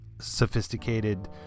sophisticated